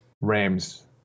Rams